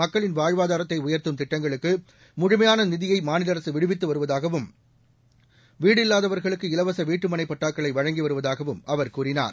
மக்களின் வாழ்வதாரத்தை உயர்த்தும் திட்டங்களுக்கு முழுமையான நிதியை மாநில அரசு விடுவித்து வருவதாகவும் வீடில்வாதவர்களுக்கு இலவச வீட்டுமனை பட்டாக்களை வழங்கி வருவதாகவும் அவர் கூறினார்